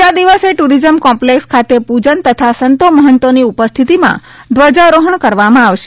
બીજા દિવસે tourism complex ખાતે પૂજન તથા સંતો મહંતોની ઉપસ્થિતિમાં ધ્વજારોહણ કરવામાં આવશે